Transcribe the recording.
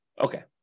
Okay